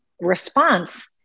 response